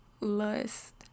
lust